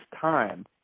time